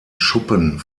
schuppen